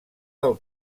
del